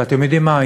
ואתם יודעים מה?